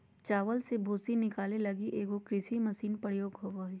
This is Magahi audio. चावल से भूसी निकाले लगी एगो कृषि मशीन प्रयोग होबो हइ